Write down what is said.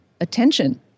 attention